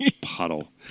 puddle